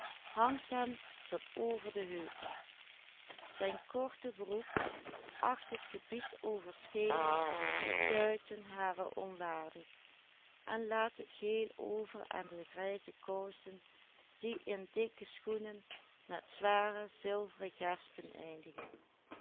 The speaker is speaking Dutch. over schenen en kuiten harer onwaardig en laat het geheel over aan de grijze kousen die in dikke schoenen met zware zilveren gespen eindigen